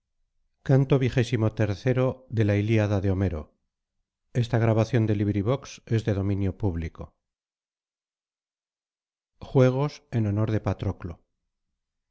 juegos fúnebres en honor de patroclo